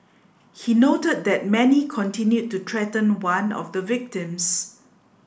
he noted that Mani continued to threaten one of the victims